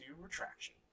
retraction